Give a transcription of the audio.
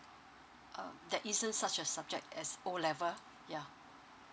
uh there isn't such a subject as O level yeah